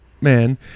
man